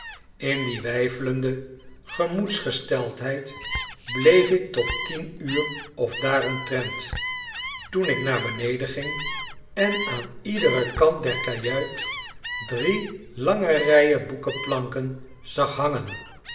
in die weifelende gemoedsgesteldheid bleef ik tot tien uur of daaromtrent toen ik naar beneden ging en aan iederen kant der kajuit drie lange rijen boekenplanken zag hangen